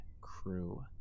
crew